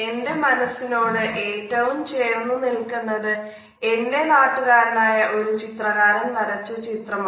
എന്റെ മനസ്സിനോട് ഏറ്റവും ചേർന്ന് നില്കുന്നത് എന്റെ നാട്ടുകാരനായ ഒരു ചിത്രകാരൻ വരച്ച ചിത്രമാണ്